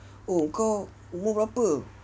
oh engkau umur berapa